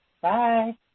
Bye